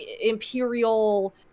imperial